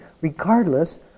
regardless